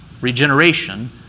Regeneration